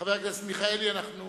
חבר הכנסת מיכאלי, אנחנו